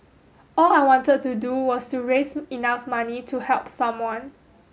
all I wanted to do was to raise enough money to help someone